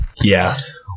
yes